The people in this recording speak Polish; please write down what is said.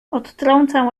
odtrącam